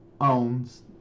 owns